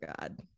God